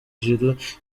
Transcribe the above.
giroud